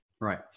Right